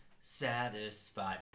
satisfied